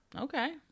Okay